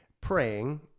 praying